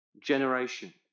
generation